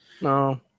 No